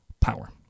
power